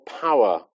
power